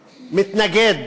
מתנגד,